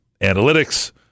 analytics